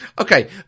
Okay